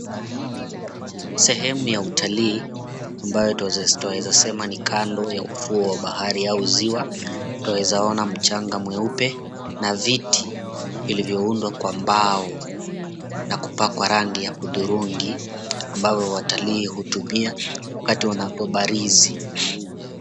Sehemu ya utalii, ambayo twaweza sema kando ya ufuo wa bahari au ziwa. Twaweza ona mchanga mweupe na viti vilivyoundwa kwa mbao na kupakwa rangi ya hudhurungi, ambayo watalii hutumia wakati wanapobarizi.